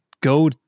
go